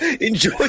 Enjoy